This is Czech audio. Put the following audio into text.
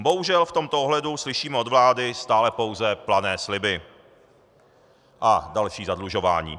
Bohužel v tomto ohledu slyšíme od vlády stále pouze plané sliby a další zadlužování.